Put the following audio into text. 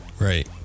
Right